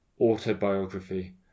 autobiography